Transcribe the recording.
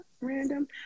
random